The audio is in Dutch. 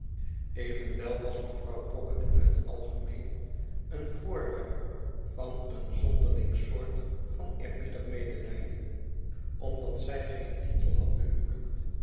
evenwel was mevrouw pocket in het algemeen het voorwerp van een zonderling soort van eerbiedig medelijden omdat zij geen titel had